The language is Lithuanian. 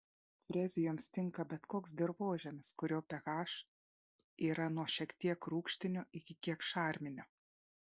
frezijoms tinka bet koks dirvožemis kurio ph yra nuo šiek tiek rūgštinio iki kiek šarminio